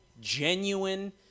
genuine